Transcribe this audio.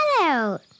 out